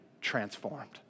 transformed